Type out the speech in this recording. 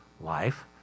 life